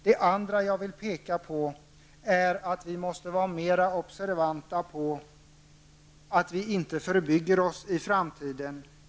Det andra jag vill peka på är att vi måste vara mer observanta så att vi inte förbygger oss i framtiden.